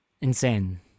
insane